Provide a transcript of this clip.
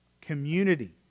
community